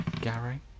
gary